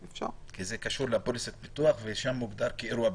זה קשור לפוליסת ביטוח, ושם מוגדר כאירוע ביטוחי.